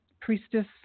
priestess